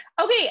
Okay